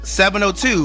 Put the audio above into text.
702